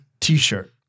t-shirt